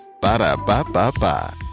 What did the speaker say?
Ba-da-ba-ba-ba